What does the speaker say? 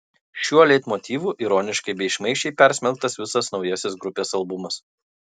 šiuo leitmotyvu ironiškai bei šmaikščiai persmelktas visas naujasis grupės albumas